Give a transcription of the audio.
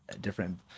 different